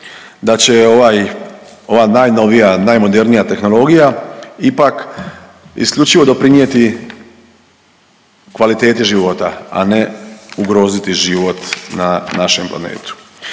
da će ova najnovija, najmodernija tehnologija ipak isključivo doprinijeti kvaliteti života, a ne ugroziti život na našem planetu.